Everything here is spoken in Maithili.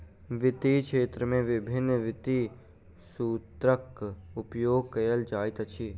वित्तीय क्षेत्र में विभिन्न वित्तीय सूत्रक उपयोग कयल जाइत अछि